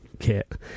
Kit